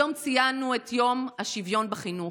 היום ציינו את יום השוויון בחינוך,